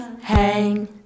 hang